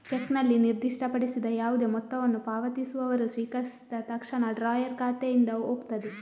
ಚೆಕ್ನಲ್ಲಿ ನಿರ್ದಿಷ್ಟಪಡಿಸಿದ ಯಾವುದೇ ಮೊತ್ತವನ್ನು ಪಾವತಿಸುವವರು ಸ್ವೀಕರಿಸಿದ ತಕ್ಷಣ ಡ್ರಾಯರ್ ಖಾತೆಯಿಂದ ಹೋಗ್ತದೆ